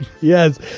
Yes